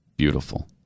beautiful